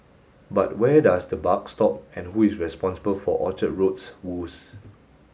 but where does the buck stop and who is responsible for Orchard Road's woes